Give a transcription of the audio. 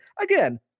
again